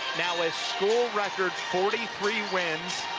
school records forty three wins,